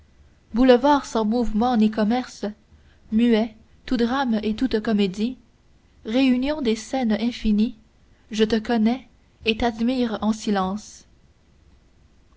boulevard sans mouvement ni commerce muet tout drame et toute comédie réunion des scènes infinie je te connais et t'admire en silence